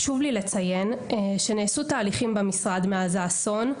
חשוב לי לציין שנעשו תהליכים במשרד מאז האסון,